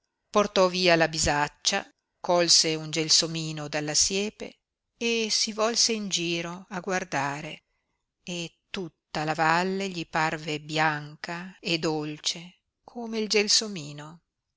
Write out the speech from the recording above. portò via la bisaccia colse un gelsomino dalla siepe e si volse in giro a guardare e tutta la valle gli parve bianca e dolce come il gelsomino